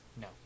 No